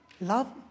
Love